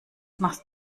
machst